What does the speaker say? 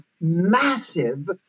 massive